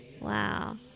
wow